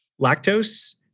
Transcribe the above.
lactose